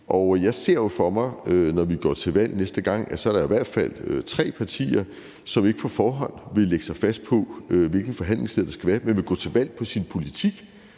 og jeg ser jo for mig, at når vi går til valg næste gang, er der i hvert fald tre partier, som ikke på forhånd vil lægge sig fast på, hvilket forhandlingssted det skal være; man vil gå til valg på sin politik.